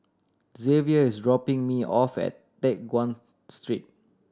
Zavier is dropping me off at Teck Guan Street